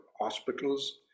hospitals